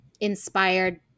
inspired